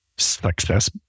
success